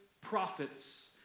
prophets